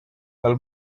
tal